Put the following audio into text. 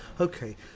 okay